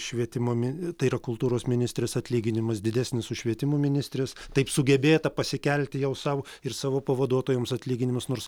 švietimo mi tai yra kultūros ministrės atlyginimas didesnis už švietimo ministrės taip sugebėta pasikelti jau sau ir savo pavaduotojams atlyginimus nors